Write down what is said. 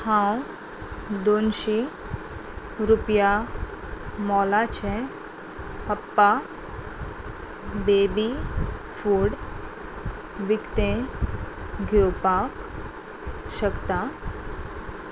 हांव दोनशीं रुपया मोलाचें हप्पा बेबी फूड विकतें घेवपाक शकतां